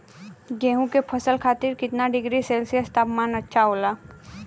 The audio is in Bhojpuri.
गेहूँ के फसल खातीर कितना डिग्री सेल्सीयस तापमान अच्छा होला?